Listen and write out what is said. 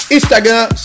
Instagram